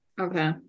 Okay